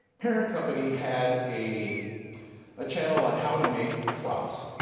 parent company had a ah channel on how to make props.